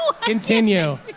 Continue